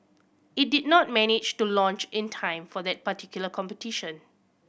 it did not manage to launch in time for that particular competition